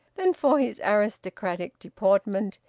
than for his aristocratic deportment,